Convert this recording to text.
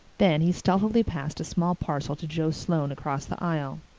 then he stealthily passed a small parcel to joe sloane across the aisle.